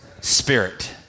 Spirit